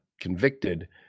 convicted